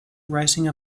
rising